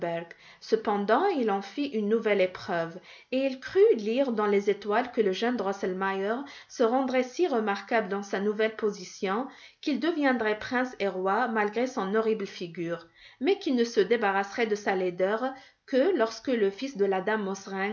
cependant il en fit une nouvelle épreuve et il crut lire dans les étoiles que le jeune drosselmeier se rendrait si remarquable dans sa nouvelle position qu'il deviendrait prince et roi malgré son horrible figure mais qu'il ne se débarrasserait de sa laideur que lorsque le fils de la dame